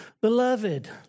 beloved